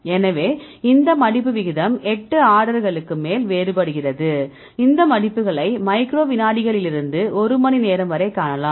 எனவே இந்த மடிப்பு விகிதம் எட்டு ஆர்டர்களுக்கு மேல் வேறுபடுகிறது இந்த மடிப்புகளை மைக்ரோ விநாடிகளிலிருந்து ஒரு மணிநேரம் வரை காணலாம்